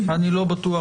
אני לא בטוח